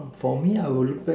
for me I will look back